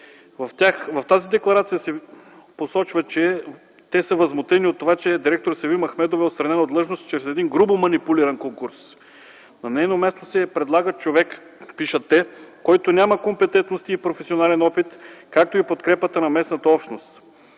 В декларацията се посочва, че са възмутени от това, че директор Севим Ахмедова е отстранена от длъжност чрез грубо манипулиран конкурс. „На нейно място се предлага човек – пишат те – който няма компетентности и професионален опит, както и подкрепата на местната общност.